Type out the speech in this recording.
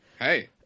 Hey